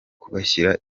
kubashyira